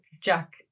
Jack